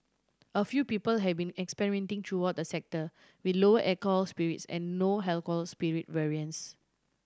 a few people have been experimenting throughout the sector with lower alcohol spirits and no alcohol spirit variants